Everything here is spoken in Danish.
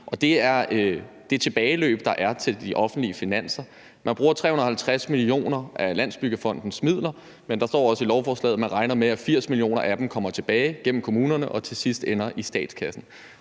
det er det tilbageløb, der er til de offentlige finanser. Man bruger 350 mio. kr. af Landsbyggefondens midler, men der står også i lovforslaget, at man regner med, at 80 mio. kr. af dem kommer tilbage gennem kommunerne og til sidst ender i statskassen.